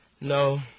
No